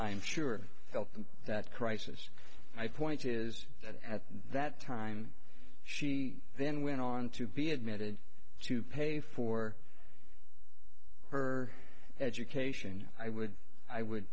i'm sure felt that crisis i point is that at that time she then went on to be admitted to pay for her education i would i would